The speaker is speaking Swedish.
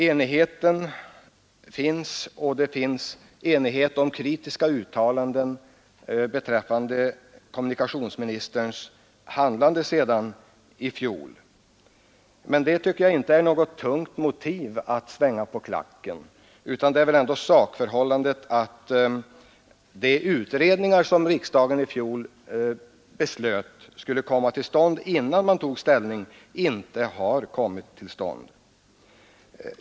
Enighet finns också om kritiska uttalanden beträffande kommunikationsministerns handlande sedan i fjol. Men detta tycker jag inte är något vägande motiv för att svänga på klacken. Tungt vägande är i stället det sakförhållandet att de utredningar inte har kommit till stånd som riksdagen i fjol beslöt skulle göras innan man tog ställning.